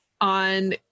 on